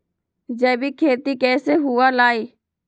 जैविक खेती कैसे हुआ लाई?